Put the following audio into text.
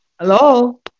Hello